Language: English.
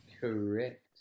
Correct